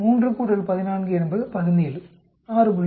3 14 என்பது 17 6